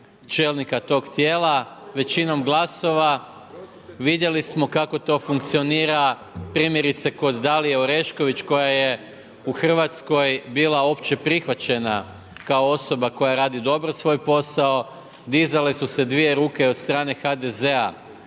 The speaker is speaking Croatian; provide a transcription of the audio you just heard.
čelnika tog tijela većinom glasova vidjeli smo kako to funkcionira primjerice kod Dalije Orešković koja je u Hrvatskoj bila opće prihvaćena kao osoba koja radi dobro svoj posao, dizale su se dvije ruke od strane HDZ-a